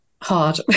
hard